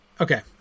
Okay